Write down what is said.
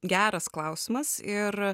geras klausimas ir